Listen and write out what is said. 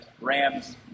Rams